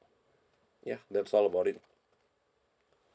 ya that's all about it